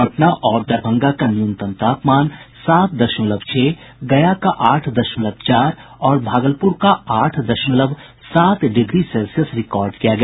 पटना और दरभंगा का न्यूनतम तापमान सात दशमलव छह गया का आठ दशमलव चार और भागलपुर का आठ दशमलव सात डिग्री सेल्सियस रिकॉर्ड किया गया